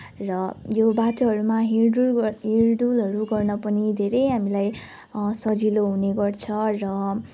यो बाटोहरू मा हिँड डुल ग हिँड डुलहरू गर्न पनि धेरै हामीलाई सजिलो हुने गर्छ र